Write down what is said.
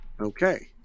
Okay